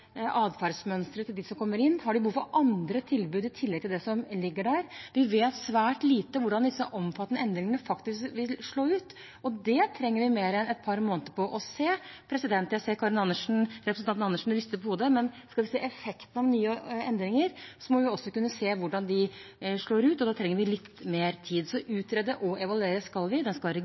til dem som kommer inn? Har de behov for andre tilbud i tillegg til det som ligger der? Vi vet svært lite om hvordan disse omfattende endringene faktisk vil slå ut, og det trenger vi mer enn et par måneder på å se på. Jeg ser at representanten Karin Andersen rister på hodet, men skal vi se effekten av nye endringer, må vi også kunne se hvordan de slår ut, og da trenger vi litt mer tid. Så utrede og evaluere skal vi. Det skal være